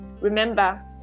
Remember